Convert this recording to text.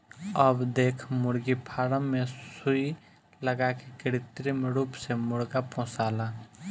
अब देख मुर्गी फार्म मे सुई लगा के कृत्रिम रूप से मुर्गा पोसाला